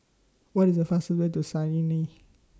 What IS The fastest Way to Cayenne